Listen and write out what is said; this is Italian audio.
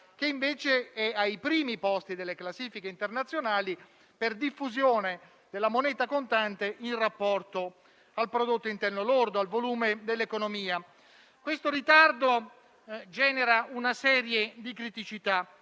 che invece è ai primi posti delle classifiche internazionali per diffusione della moneta contante, in rapporto al prodotto interno lordo, ovvero al volume dell'economia. Questo ritardo genera una serie di criticità,